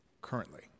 currently